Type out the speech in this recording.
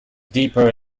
deeper